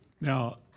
Now